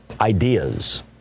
ideas